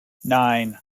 nine